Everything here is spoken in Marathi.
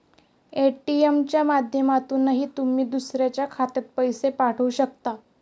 ए.टी.एम च्या माध्यमातूनही तुम्ही दुसऱ्याच्या खात्यात पैसे पाठवू शकता